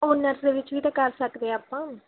honours ਦੇ ਵਿੱਚ ਵੀ ਤਾਂ ਕਰ ਸਕਦੇ ਆਪਾਂ